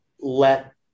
let